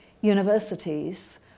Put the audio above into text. universities